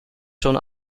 schon